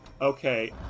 Okay